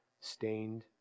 stained